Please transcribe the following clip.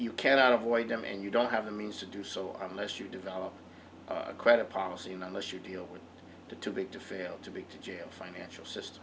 cannot avoid them and you don't have the means to do so unless you develop a credit policy and unless you deal with the too big to fail to be to jail financial system